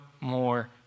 more